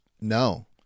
no